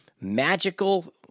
magical